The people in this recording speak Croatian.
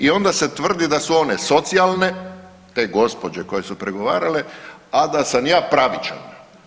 I onda se tvrdi da su one socijalne, te gospođe koje su pregovarale, a da sam ja pravičan.